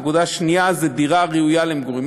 נקודה שנייה זה דירה הראויה למגורים.